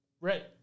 Right